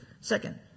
Second